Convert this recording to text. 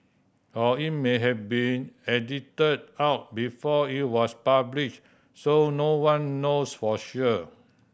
or it may have been edited out before it was published so no one knows for sure